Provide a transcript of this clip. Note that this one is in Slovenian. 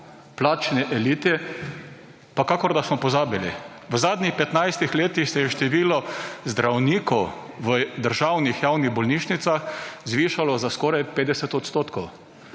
plačni eliti pa kakor, da smo pozabili. V zadnjih 15 letih se je število zdravnikov v državnih javnih bolnišnicah zvišalo za skoraj 50 odstotkov,